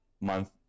month